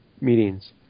meetings